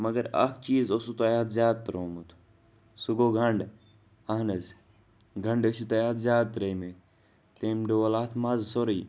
مگر اَکھ چیز اوسو تۄہہِ اَتھ زیادٕ ترومُت سُہ گو گَنڈٕ اہن حظ گَنڈٕ ٲسِو تۄہہِ اتھ زیادٕ ترٲیمٕتۍ تٔمۍ ڈول اَتھ مَزٕ سورٕے